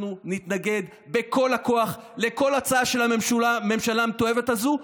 אנחנו נתנגד בכל הכוח לכל הצעה של הממשלה המתועבת הזו,